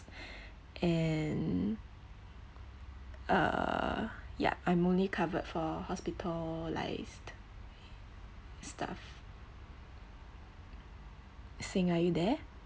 and uh yeah I'm only covered for hospitalised stuff xing are you there